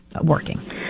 working